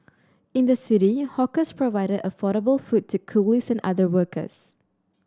in the city hawkers provided affordable food to coolies and other workers